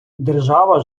держава